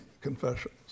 Confessions